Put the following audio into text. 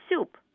soup